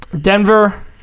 Denver